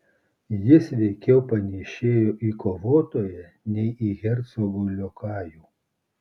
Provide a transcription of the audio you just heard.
jis veikiau panėšėjo į kovotoją nei į hercogo liokajų